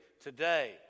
today